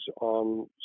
on